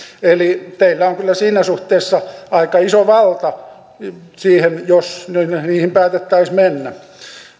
eli teillä on kyllä siinä suhteessa aika iso valta siihen jos niihin päätettäisiin mennä